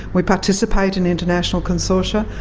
we participate in international consortia.